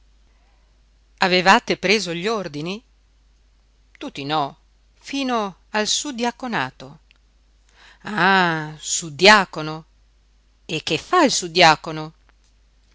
avevate preso gli ordini tutti no fino al suddiaconato ah suddiacono e che fa il suddiacono